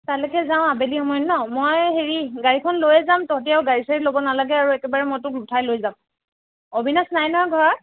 তালৈকে যাওঁ আবেলি সময়ত ন মই হেৰি গাড়ীখন লৈয়ে যাম তহঁতি আৰু গাড়ী চাৰি ল'ব নালাগে আৰু একেবাৰে মই তোক উঠাই লৈ যাম অবিনাশ নাই নহয় ঘৰত